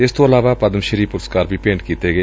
ਇਸ ਤੋਂ ਇਲਾਵਾ ਪਦਮ ਸੀ ਪੁਰਸਕਾਰ ਵੀ ਭੇਟ ਕੀਤੇ ਗਏ